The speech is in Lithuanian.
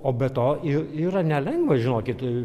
o be to į yra nelengva žinokit